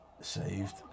Saved